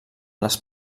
les